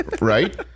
Right